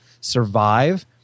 survive